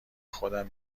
خودم